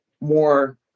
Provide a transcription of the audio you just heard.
more